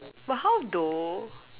but how though